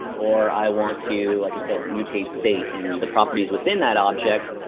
or i want to, like i said, mutate state in the properties within that object.